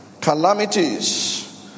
calamities